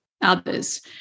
others